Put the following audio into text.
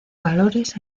valores